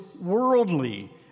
worldly